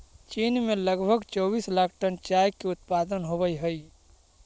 चीन में लगभग चौबीस लाख टन चाय के उत्पादन होवऽ हइ